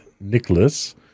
Nicholas